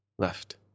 Left